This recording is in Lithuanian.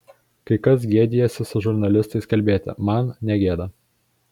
kai kas gėdijasi su žurnalistais kalbėti man negėda